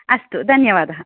अस्तु धन्यवाद